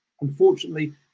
Unfortunately